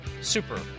Super